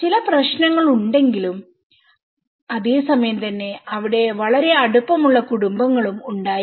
ചില പ്രശ്നങ്ങളുണ്ടെങ്കിലും അതേസമയം തന്നെ അവിടെ വളരെ അടുപ്പം ഉള്ള കുടുംബങ്ങളും ഉണ്ടായിരുന്നു